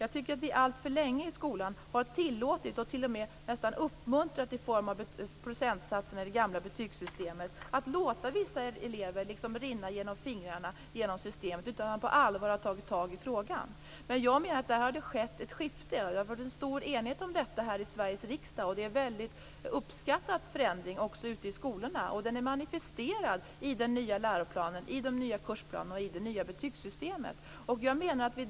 Vi har alltför länge i skolan tillåtit och utifrån procentsatserna i det gamla betygssystemet t.o.m. nästan uppmuntrat att vissa elever liksom har fått rinna mellan fingrarna, genom systemet, utan att man på allvar har tagit tag i frågan. Jag menar att det nu har skett ett skifte på den punkten. Det har funnits en stor enighet om detta här i Sveriges riksdag. Det är också en mycket uppskattad förändring ute i skolorna, som är manifesterad i den nya läroplanen, i de nya kursplanerna och i det nya betygssystemet.